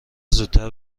زودتر